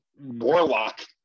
warlock